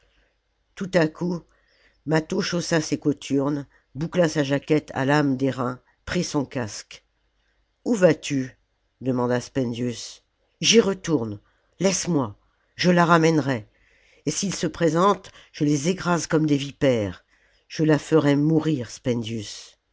tout à coup mâtho chaussa ses cothurnes boucla sa jaquette à lames d'airain prit son casque oii vas-tu demanda spendius j'y retourne laisse-moi je la ramènerai et s'ils se présentent je les écrase comme des vipères je la ferai mourir spendius